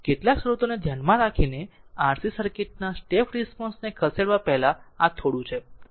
કેટલાક સ્રોતોને ધ્યાનમાં રાખીને RC સર્કિટના સ્ટેપ રિસ્પોન્સને ખસેડવા પહેલાં આ થોડું છે